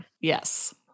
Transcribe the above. Yes